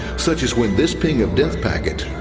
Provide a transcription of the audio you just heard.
such as when this ping of death packet